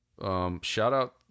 shout-out